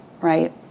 right